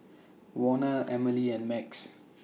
Warner Emily and Max